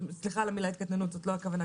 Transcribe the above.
סליחה על המילה "התקטננות" זאת לא הכוונה,